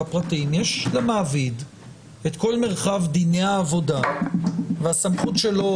פרטיים יש למעביד את כל מרחב דיני העבודה והסמכות שלו,